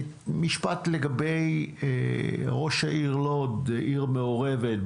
משפט לגבי ראש העיר לוד: עיר מעורבת,